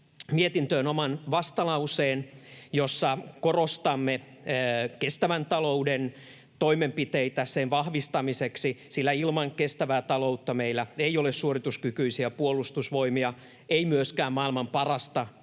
mietintöön oman vastalauseen, jossa korostamme toimenpiteitä kestävän talouden vahvistamiseksi, sillä ilman kestävää taloutta meillä ei ole suorituskykyisiä puolustusvoimia, ei myöskään maailman parasta peruskoulua,